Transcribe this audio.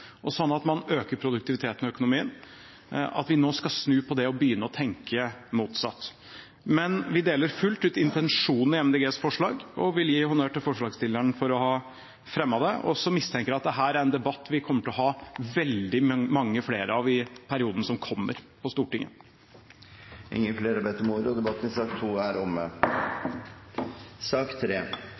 at man øker produktiviteten i økonomien. Jeg er skeptisk til at vi nå skal snu på det og begynne å tenke motsatt. Men vi deler fullt ut intensjonen i Miljøpartiet De Grønnes forslag og vil gi honnør til forslagsstilleren for å ha fremmet det. Jeg mistenker at dette er en debatt vi kommer til å ha veldig mange flere av på Stortinget i perioden som kommer. Flere har ikke bedt om ordet til sak nr. 2. Det er